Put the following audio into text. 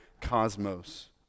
cosmos